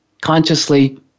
consciously